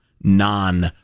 non